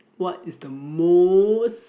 what is the most